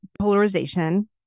polarization